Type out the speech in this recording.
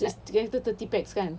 ye lah ye lah you have to thirty pax kan